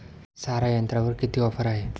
सारा यंत्रावर किती ऑफर आहे?